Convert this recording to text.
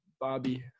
Bobby